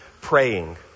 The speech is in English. praying